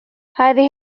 هذه